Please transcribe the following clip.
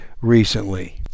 recently